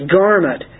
garment